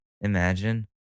Imagine